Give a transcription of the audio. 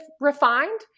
refined